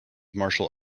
martial